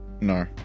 No